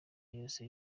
yose